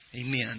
Amen